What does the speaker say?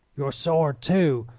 your sword, too!